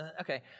Okay